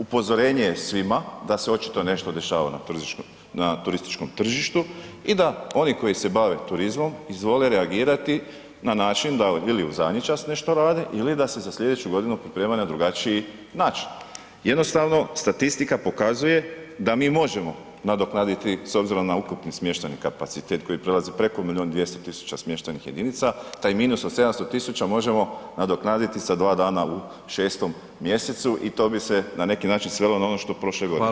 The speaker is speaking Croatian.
Upozorenje je svima da se očito nešto dešava na turističkom tržištu i da oni koji se bave turizmom izvole reagirati n način da ili u zadnji čas nešto rade ili da se za slijedeću godinu pripremaju na drugačiji način, jednostavno statistika pokazuje da mi možemo nadoknaditi s obzirom na ukupni smještajni kapacitet koji prelazi preko milijun i 200 000 smještajnih jedinica, taj minus od 700 000 možemo nadoknaditi sa 2 dana u 6. mj. i to bi se na neki način svelo na ono što je prošle godine.